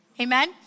Amen